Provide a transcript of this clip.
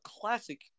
classic